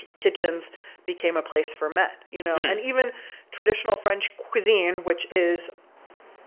kitchens became a place for men. you know, and even traditional french cuisine, which is